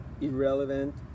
irrelevant